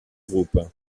groupes